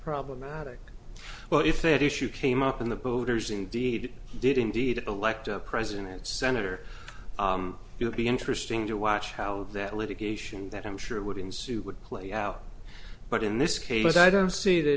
problematic well if that issue came up in the voters indeed did indeed elect a president and senator you would be interesting to watch how that litigation that i'm sure would ensue would play out but in this case i don't see the